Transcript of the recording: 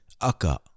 Aka